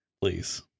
Please